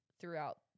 throughout